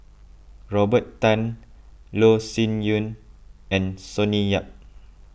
Robert Tan Loh Sin Yun and Sonny Yap